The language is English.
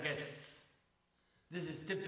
guests this is the